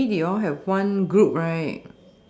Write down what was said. maybe they all have one group right